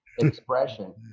expression